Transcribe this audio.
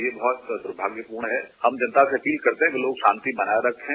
यह बहुत दुर्भाग्यपूर्ण है हम जनता से अपील करते है कि लोग शांति बनाये रखे